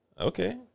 Okay